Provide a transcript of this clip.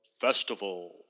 Festival